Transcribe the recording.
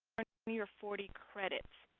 your forty credits.